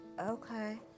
Okay